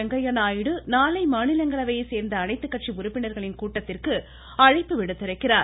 வெங்கய்யாநாயுடு நாளை மாநிலங்களவையைச் சேர்ந்த அனைத்துக்கட்சி உறுப்பினர்களின் கூட்டத்திற்கு அழைப்பு விடுத்திருக்கிறார்